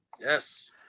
Yes